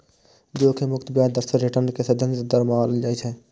जोखिम मुक्त ब्याज दर कें रिटर्न के सैद्धांतिक दर मानल जाइ छै